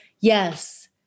Yes